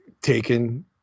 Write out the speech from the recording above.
taken